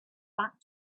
back